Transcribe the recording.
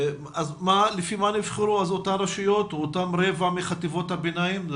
לפי מה נבחרו אותן רשויות או אותו רבע מחטיבות הביניים?